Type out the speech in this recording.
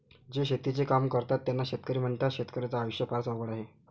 जे शेतीचे काम करतात त्यांना शेतकरी म्हणतात, शेतकर्याच्या आयुष्य फारच अवघड आहे